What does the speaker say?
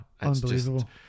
Unbelievable